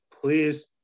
please